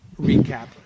recap